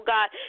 God